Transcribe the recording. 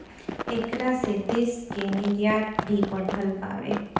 ऐकरा से देश के निर्यात भी बढ़ल बावे